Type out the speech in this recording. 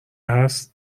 هست